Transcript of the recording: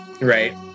right